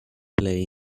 play